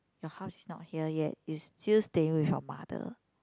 your house is not here yet you still staying with your mother